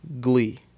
Glee